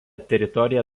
teritorija